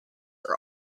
are